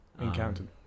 Encountered